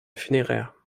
funéraire